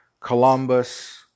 Columbus